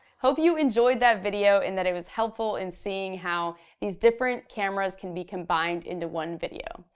hope you enjoyed that video and that it was helpful in seeing how these different cameras can be combined into one video.